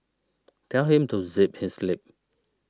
tell him to zip his lip